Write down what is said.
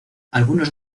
algunos